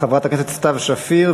חברת הכנסת סתיו שפיר,